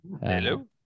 Hello